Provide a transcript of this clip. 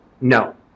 no